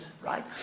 Right